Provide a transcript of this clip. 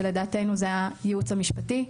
שלדעתנו זה הייעוץ המשפטי,